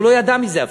הוא לא ידע מזה אפילו.